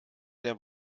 der